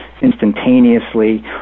instantaneously